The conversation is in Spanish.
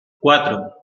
cuatro